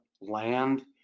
land